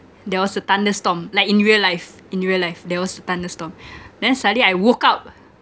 there was a thunderstorm like in real life in real life there was a thunderstorm then suddenly I woke up